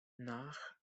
nach